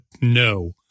no